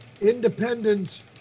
independent